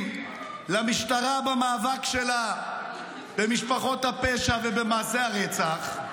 למשטרה במאבק שלה במשפחות הפשע ובמעשי הרצח,